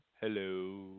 hello